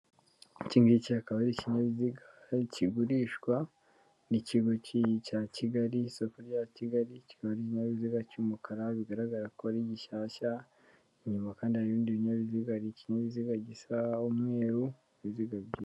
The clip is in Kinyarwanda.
ki ngiki akaba ari ikinyabiziga kigurishwa n'ikigo cya Kigali, isoko rya Kigali kikaba ari ikinyabiziga cy'umukara, bigaragara ko ari gishyashya, inyuma kandi hari ibindi binyabiziga, hari ikinyabiziga gisa umweru, cy'inzigz ebyiri.